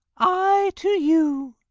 i to you.